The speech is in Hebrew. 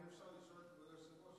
אם אפשר לשאול את כבוד היושב-ראש,